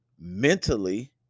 mentally